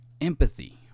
empathy